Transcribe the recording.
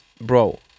bro